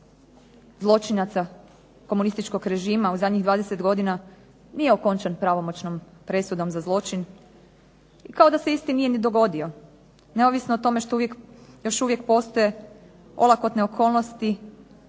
zločinaca komunističkog režima u zadnjih 20 godina nije okončan pravomoćnom presudom za zločin i kao da se isti nije ni dogodio, neovisno o tome što još uvijek postoje olakotne okolnosti,